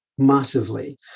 massively